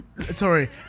Sorry